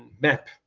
map